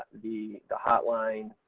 the the hotline,